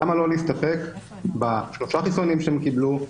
למה לא להסתפק בשלושה חיסונים שהם קיבלו,